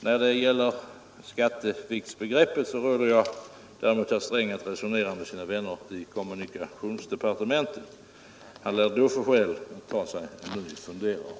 När det gäller skatteviktsbegreppet råder jag däremot herr Sträng att resonera med sina vänner i kommunikationsdepartementet. Han lär då få skäl att ta sig en ny funderare.